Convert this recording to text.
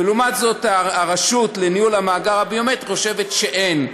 ולעומת זאת הרשות לניהול המאגר הביומטרי חושבת שאין.